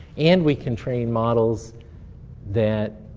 and we can train models that